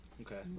Okay